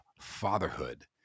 fatherhood